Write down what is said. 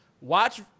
Watch